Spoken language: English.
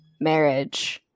marriage